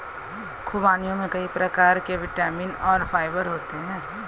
ख़ुबानियों में कई प्रकार के विटामिन और फाइबर होते हैं